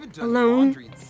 Alone